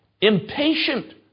impatient